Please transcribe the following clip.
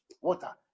Water